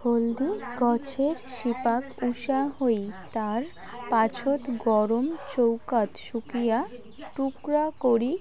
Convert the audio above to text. হলদি গছের শিপাক উষা হই, তার পাছত গরম চৌকাত শুকিয়া টুকরা করি